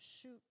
shoot